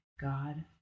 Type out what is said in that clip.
God